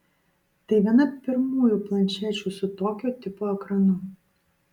tai viena pirmųjų planšečių su tokio tipo ekranu